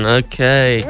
okay